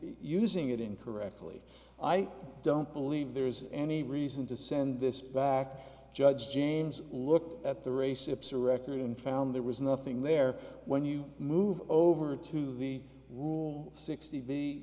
using it incorrectly i don't believe there is any reason to send this back judge james look at the race observer record and found there was nothing there when you move over to the rule sixty